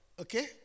okay